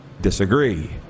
disagree